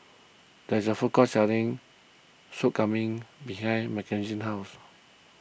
there's a food court selling Sop Kambing behind Makenzie's house